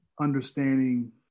understanding